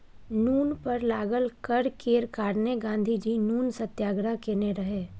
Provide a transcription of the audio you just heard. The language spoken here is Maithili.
नुन पर लागल कर केर कारणेँ गाँधीजी नुन सत्याग्रह केने रहय